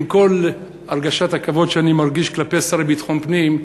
עם כל הרגשת הכבוד שאני מרגיש כלפי השר לביטחון פנים,